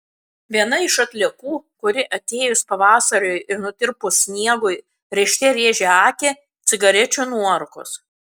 viena iš atliekų kuri atėjus pavasariui ir nutirpus sniegui rėžte rėžia akį cigarečių nuorūkos